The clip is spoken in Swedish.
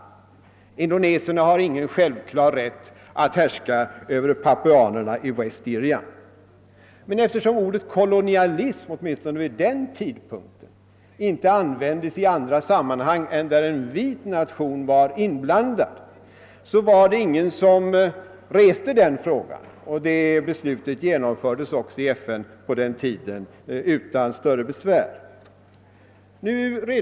Indoneserna har inte någon självklar rätt att härska över papuanerna i West Irian. Men eftersom ordet kolonialism åtminstone vid den tidpunkten inte användes i andra sammanhang än då en vit nation var inblandad var det ingen som reste den frågan, och beslutet genomfördes också i FN utan större svårigheter.